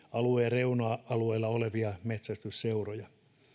reuna alueilla olevia metsästysseuroja